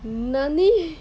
nani